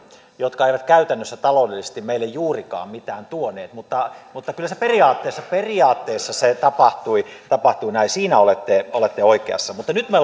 jotka eivät käytännössä taloudellisesti meille juurikaan mitään tuoneet mutta mutta kyllä se periaatteessa periaatteessa tapahtui näin siinä olette olette oikeassa mutta nyt me